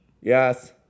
Yes